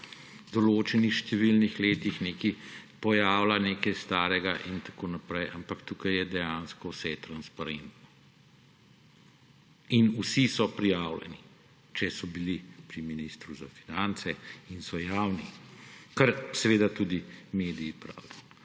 po določenih, številnih letih pojavlja nekaj starega in tako naprej, ampak tukaj je dejansko vse transparentno in vsi so prijavljeni, če so bili pri ministru za finance, in so javni, kar seveda tudi mediji pravijo.